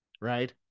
right